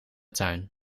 tuin